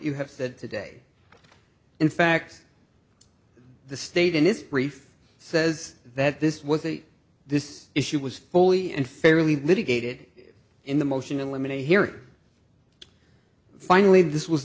you have said today in fact the state in its brief says that this was a this issue was fully and fairly litigated in the motion and eliminate here finally this was